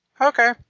Okay